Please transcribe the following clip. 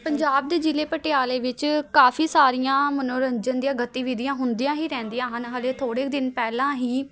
ਪੰਜਾਬ ਦੇ ਜ਼ਿਲ੍ਹੇ ਪਟਿਆਲੇ ਵਿੱਚ ਕਾਫੀ ਸਾਰੀਆਂ ਮੰਨੋਰੰਜਨ ਦੀਆਂ ਗਤੀਵਿਧੀਆਂ ਹੁੰਦੀਆਂ ਹੀ ਰਹਿੰਦੀਆਂ ਹਨ ਹਲੇ ਥੋੜ੍ਹੇ ਦਿਨ ਪਹਿਲਾਂ ਹੀ